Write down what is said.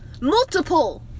Multiple